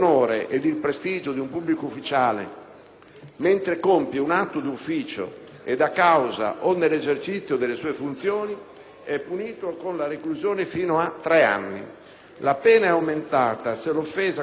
mentre compie un atto d'ufficio ed a causa o nell'esercizio delle sue funzioni, è punito con la reclusione fino a tre anni. La pena è aumentata se l'offesa consiste nell'attribuzione di un fatto determinato.